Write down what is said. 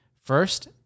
First